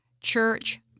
Church